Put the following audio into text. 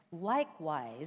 likewise